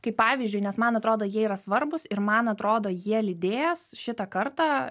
kaip pavyzdžiui nes man atrodo jie yra svarbūs ir man atrodo jie lydės šitą kartą